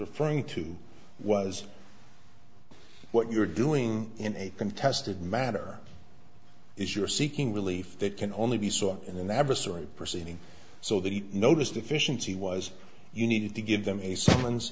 referring to was what you're doing in a contested matter is you're seeking relief that can only be sought in the adversary proceeding so that he noticed efficiency was you needed to give them a summons